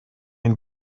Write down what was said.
ein